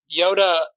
Yoda